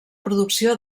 producció